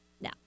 Now